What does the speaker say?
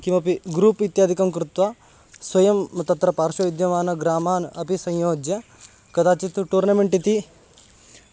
किमपि ग्रूप् इत्यादिकं कृत्वा स्वयं तत्र पार्श्वे विद्यमानग्रामान् अपि संयोज्य कदाचित् टूर्नमेण्ट् इति